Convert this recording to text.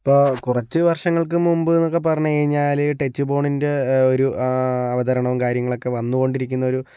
ഇപ്പോൾ കുറച്ച് വർഷങ്ങൾക്ക് മുമ്പ് എന്നൊക്കെ പറഞ്ഞ് കഴിഞ്ഞാല് ടെച്ച് ഫോണിന്റെ ഒരു അവതരണവും കാര്യങ്ങളൊക്കെ വന്നുകൊണ്ടിരിക്കുന്ന ഒരു